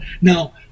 Now